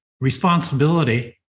responsibility